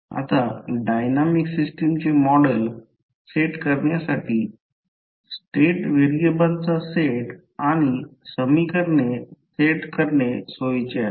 आता dynamic system चे model set करण्यासाठी स्टेट व्हेरिएबलचा सेट आणि समीकरणे सेट करणे सोयीचे आहे